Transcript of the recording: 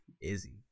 izzy